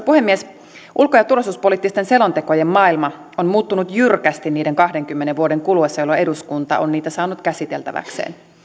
puhemies ulko ja turvallisuuspoliittisten selontekojen maailma on muuttunut jyrkästi niiden kahdenkymmenen vuoden kuluessa jolloin eduskunta on niitä saanut käsiteltäväkseen